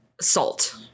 salt